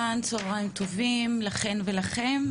צהריים טובים לכן ולכם,